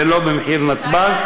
ולא במחיר נתב"ג.